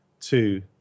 two